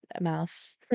mouse